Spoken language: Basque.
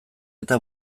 eta